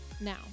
Now